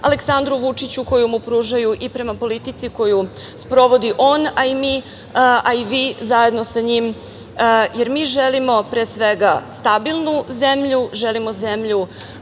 Aleksandru Vučiću, koju mu pružaju i prema politici koju sprovodi on, mi, a i vi zajedno sa njim, jer mi želimo, pre svega, stabilnu zemlju, želimo zemlju